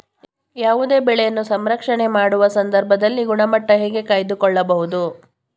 ಯಾವುದೇ ಬೆಳೆಯನ್ನು ಸಂಸ್ಕರಣೆ ಮಾಡುವ ಸಂದರ್ಭದಲ್ಲಿ ಗುಣಮಟ್ಟ ಹೇಗೆ ಕಾಯ್ದು ಕೊಳ್ಳಬಹುದು?